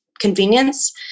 convenience